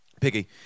Piggy